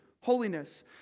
holiness